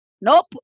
Nope